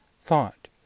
thought